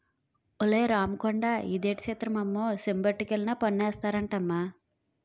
ఒలే రాముకొండా ఇదేటి సిత్రమమ్మో చెంబొట్టుకెళ్లినా పన్నేస్తారటమ్మా